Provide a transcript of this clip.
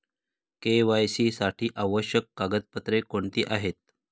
KYC साठी आवश्यक कागदपत्रे कोणती आहेत?